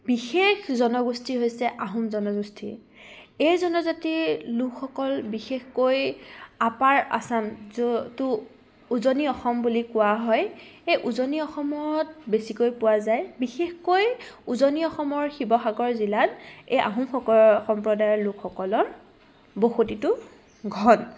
বিশেষ জনগোষ্ঠী হৈছে আহোম জনগোষ্ঠী এই জনজাতিৰ লোকসকল বিশেষকৈ আপাৰ আচাম উজনি অসম বুলি কোৱা হয় এই উজনি অসমত বেছিকৈ পোৱা যায় বিশেষকৈ উজনি অসমৰ শিৱসাগৰ জিলাত এই আহোমসকল সম্প্ৰদায়ৰ লোকসকলৰ বসতিটো ঘন